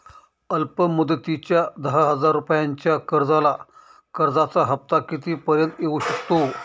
अल्प मुदतीच्या दहा हजार रुपयांच्या कर्जाचा हफ्ता किती पर्यंत येवू शकतो?